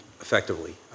effectively